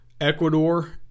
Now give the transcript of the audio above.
Ecuador